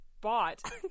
bought